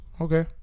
okay